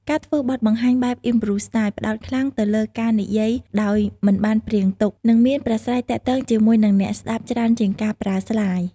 ការធ្វើបទបង្ហាញបែប improv-style ផ្តោតខ្លាំងទៅលើការនិយាយដោយមិនបានព្រៀងទុក និងមានប្រាស័យទាក់ទងជាមួយនឹងអ្នកស្ដាប់ច្រើនជាងការប្រើស្លាយ។